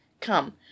Come